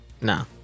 Nah